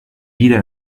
wieder